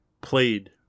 played